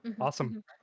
Awesome